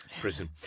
prison